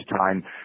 time